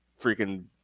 freaking